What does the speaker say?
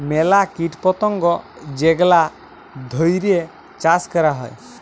ম্যালা কীট পতঙ্গ যেগলা ধ্যইরে চাষ ক্যরা হ্যয়